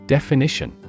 Definition